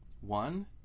One